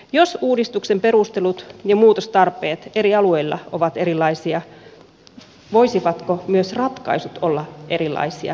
jos uudistuksen perustelut ja muutostarpeet eri alueilla ovat erilaisia voisivatko myös ratkaisut olla erilaisia